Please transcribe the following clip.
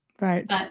Right